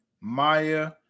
Maya